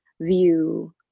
view